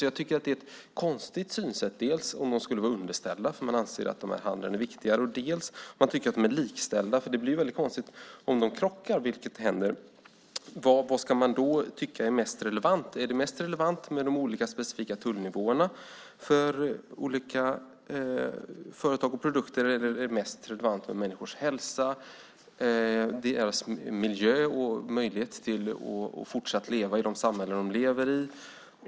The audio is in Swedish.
Jag tycker att det är ett konstigt synsätt dels om de skulle vara underställda därför att man anser att handeln är viktigare, dels om man tycker att de är likställda. Det blir konstigt om de krockar, vilket händer. Vad ska man då tycka är mest relevant? Är det mest relevant med de olika specifika tullnivåerna för olika företag och produkter eller är det mest relevant med människors hälsa, deras miljö och möjligheter till att fortsatt leva i det samhälle de lever i?